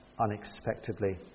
unexpectedly